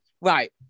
Right